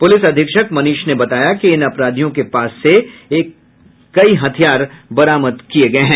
police अधीक्षक मनीष ने बताया कि इन अपराधियों के पास से कई हथियार बरामद किये गये हैं